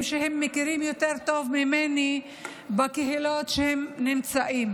שהם מכירים יותר טוב ממני בקהילות שהם שייכים אליהן.